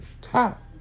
top